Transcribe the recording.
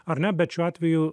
ar ne bet šiuo atveju